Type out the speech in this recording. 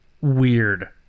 weird